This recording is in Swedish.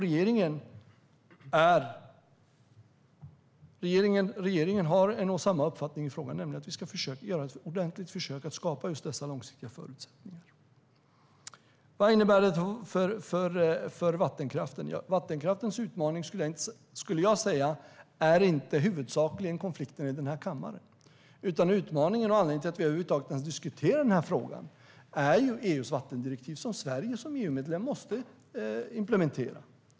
Regeringen har en och samma uppfattning i frågan, nämligen att vi ska göra ett ordentligt försök att skapa just dessa långsiktiga förutsättningar. Vad innebär då detta för vattenkraften? Vattenkraftens utmaning är, skulle jag säga, inte huvudsakligen konflikten i den här kammaren, utan utmaningen - och anledningen till att vi över huvud taget kan diskutera den här frågan - är EU:s vattendirektiv, som Sverige som EU-medlem måste implementera.